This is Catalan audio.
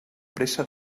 pressa